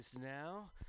now